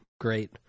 great